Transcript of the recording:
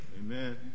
Amen